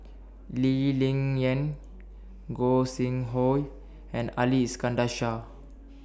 Lee Ling Yen Gog Sing Hooi and Ali Iskandar Shah